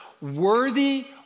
worthy